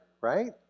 right